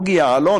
רעיל ומסוכן.